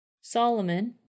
Solomon